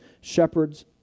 shepherds